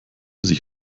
sich